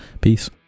peace